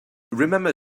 remember